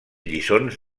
lliçons